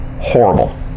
horrible